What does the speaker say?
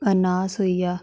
अरनास होइया